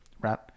right